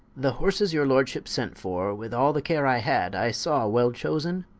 the horses your lordship sent for, with all the care i had, i saw well chosen,